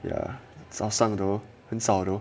ya 早上 though 很少 though